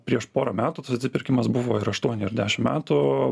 prieš porą metų tas atsipirkimas buvo ir aštuoni ir dešim metų